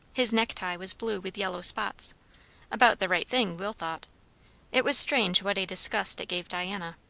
his necktie was blue with yellow spots about the right thing, will thought it was strange what a disgust it gave diana.